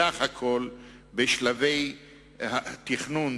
סך הכול בשלבי תכנון,